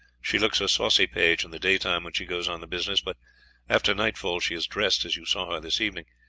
she looks a saucy page in the daytime when she goes on the business, but after nightfall she is dressed as you saw her this evening.